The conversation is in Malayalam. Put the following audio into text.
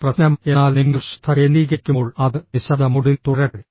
പ്രശ്നം എന്നാൽ നിങ്ങൾ ശ്രദ്ധ കേന്ദ്രീകരിക്കുമ്പോൾ അത് നിശബ്ദ മോഡിൽ തുടരട്ടെ